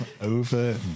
over